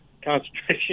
concentration